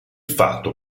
fatto